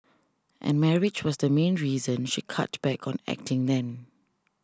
and marriage was the main reason she cut back on acting then